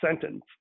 sentence